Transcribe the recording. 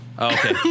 Okay